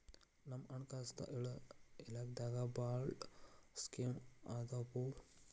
ನಮ್ ಹಣಕಾಸ ಇಲಾಖೆದಾಗ ಭಾಳ್ ಸ್ಕೇಮ್ ಆದಾವೊಪಾ